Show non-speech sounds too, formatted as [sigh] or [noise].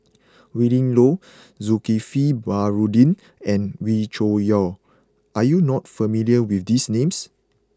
[noise] Willin Low Zulkifli Baharudin and Wee Cho Yaw are you not familiar with these names